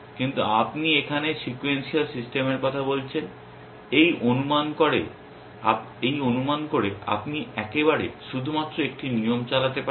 কিন্তু আপনি এখানে সেকুএন্সিয়াল সিস্টেমের কথা বলছেন এই অনুমান করে আপনি একবারে শুধুমাত্র একটি নিয়ম চালাতে পারেন